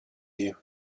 you